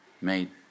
Made